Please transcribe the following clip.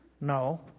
no